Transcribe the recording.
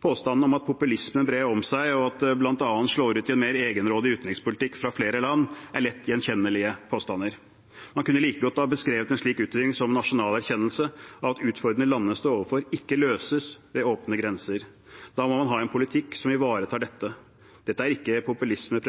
Påstanden om at populismen brer om seg, og at det bl.a. slår ut i en mer egenrådig utenrikspolitikk fra flere land, er lett gjenkjennelige påstander. Man kunne like godt ha beskrevet en slik utvikling som en nasjonal erkjennelse av at utfordringene landene står overfor, ikke løses ved åpne grenser. Da må man ha en politikk som ivaretar dette. Dette er ikke populisme,